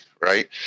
right